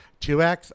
2x